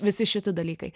visi šiti dalykai